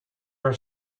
her